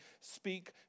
speak